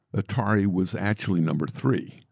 atari was actually number three.